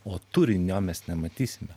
o turinio mes nematysime